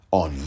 on